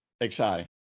exciting